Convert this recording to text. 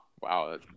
wow